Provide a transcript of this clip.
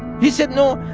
he said, no,